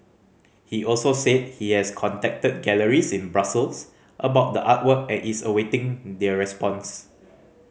he also said he has contacted galleries in Brussels about the artwork and is awaiting their response